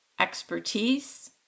expertise